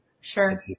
Sure